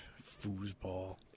Foosball